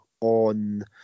on